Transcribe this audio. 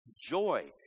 joy